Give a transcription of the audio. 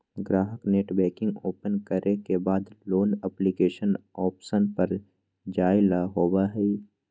ग्राहक net banking open करे के बाद लोन एप्लीकेशन ऑप्शन पर जाय ला होबा हई